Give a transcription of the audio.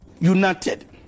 United